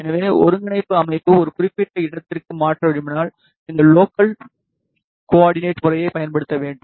எனவே ஒருங்கிணைப்பு அமைப்பை ஒரு குறிப்பிட்ட இடத்திற்கு மாற்ற விரும்பினால் இந்த லோக்கல் கோ ஆர்டினெட் முறையைப் பயன்படுத்த வேண்டும்